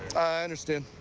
i understand.